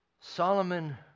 Solomon